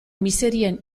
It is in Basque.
miserien